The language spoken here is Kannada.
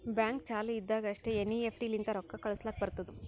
ಬ್ಯಾಂಕ್ ಚಾಲು ಇದ್ದಾಗ್ ಅಷ್ಟೇ ಎನ್.ಈ.ಎಫ್.ಟಿ ಲಿಂತ ರೊಕ್ಕಾ ಕಳುಸ್ಲಾಕ್ ಬರ್ತುದ್